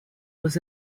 was